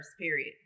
period